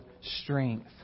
strength